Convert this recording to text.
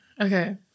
Okay